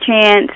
Chance